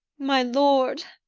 my lord,